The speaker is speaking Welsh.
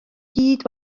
gyd